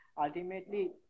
Ultimately